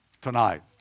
tonight